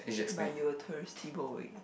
but you were touristy boy